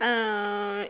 uh